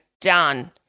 done